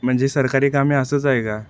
म्हणजे सरकारी काम हे असंच आहे का